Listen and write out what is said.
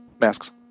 masks